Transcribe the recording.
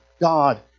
God